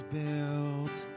built